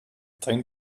dein